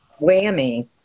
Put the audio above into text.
whammy